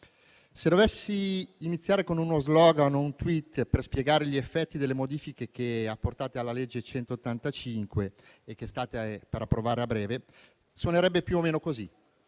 se dovessi iniziare con uno *slogan* o un *tweet* per spiegare gli effetti delle modifiche apportate alla legge n. 185, che state per approvare a breve, suonerebbero più o meno così: